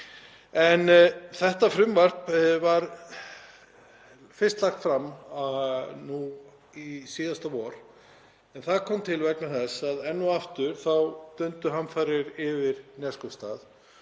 Þetta frumvarp var fyrst lagt fram síðasta vor. Það kom til vegna þess að enn og aftur dundu hamfarir yfir Neskaupstað.